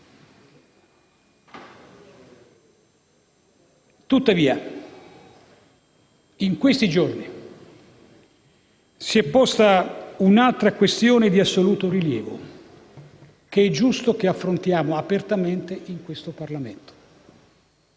Tuttavia, in questi giorni si è posta un'altra questione di assoluto rilievo, che è giusto affrontare apertamente in Parlamento.